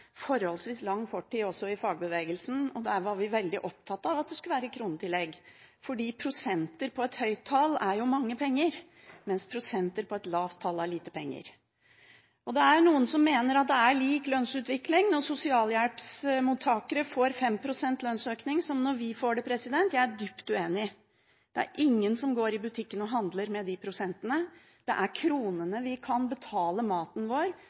forholdsvis lang fartstid også i fagbevegelsen. Der var vi veldig opptatt av at det skulle være kronetillegg, fordi prosenter på et høyt tall er mange penger, mens prosenter på et lavt tall er lite penger. Det er noen som mener at det er lik lønnsutvikling når sosialhjelpsmottakere får 5 pst. lønnsøkning som når vi får det. Jeg er dypt uenig. Det er ingen som går i butikken og handler med de prosentene. Det er kronene vi kan betale maten vår,